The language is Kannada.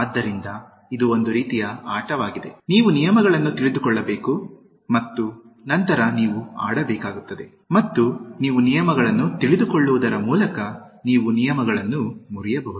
ಆದ್ದರಿಂದ ಇದು ಒಂದು ರೀತಿಯ ಆಟವಾಗಿದೆ ನೀವು ನಿಯಮಗಳನ್ನು ತಿಳಿದುಕೊಳ್ಳಬೇಕು ಮತ್ತು ನಂತರ ನೀವು ಆಡಬೇಕಾಗುತ್ತದೆ ಮತ್ತು ನೀವು ನಿಯಮಗಳನ್ನು ತಿಳಿದುಕೊಳ್ಳುವುದರ ಮೂಲಕ ನೀವು ನಿಯಮಗಳನ್ನು ಮುರಿಯಬಹುದು